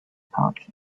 pouch